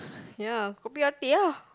ya coffee or tea lah